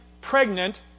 pregnant